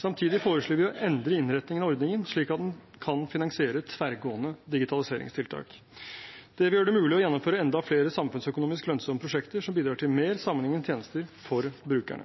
Samtidig foreslår vi å endre innretningen av ordningen slik at den kan finansiere tverrgående digitaliseringstiltak. Det vil gjøre det mulig å gjennomføre enda flere samfunnsøkonomisk lønnsomme prosjekter som bidrar til mer sammenhengende tjenester for brukerne.